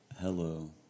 Hello